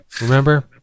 Remember